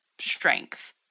strength